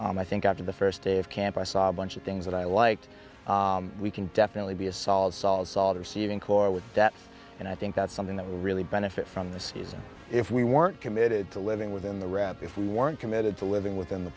and i think after the first day of camp i saw a bunch of things that i like we can definitely be a solid solid solid receiving corps with that and i think that's something that would really benefit from the season if we weren't committed to living within the wrap if we weren't committed to living within the